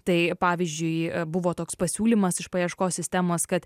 tai pavyzdžiui buvo toks pasiūlymas iš paieškos sistemos kad